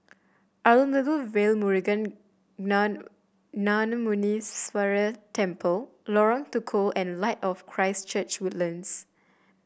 Arulmigu Velmurugan Nanamuneeswarar Temple Lorong Tukol and Light of Christ Church Woodlands